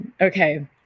Okay